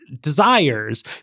desires